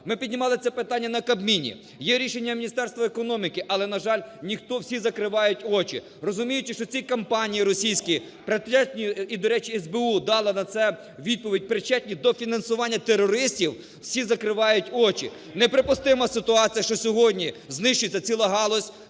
Ми піднімали це питання на Кабміні. Є рішення Міністерства економіки, але, на жаль, ніхто, всі закривають очі. Розуміючи, що ці компанії, російські, причетні і, до речі, СБУ дало на це відповідь, причетні до фінансування терористів, всі закривають очі. Неприпустима ситуація, що сьогодні знищується ціла галузь